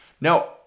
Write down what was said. Now